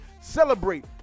celebrate